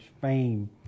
FAME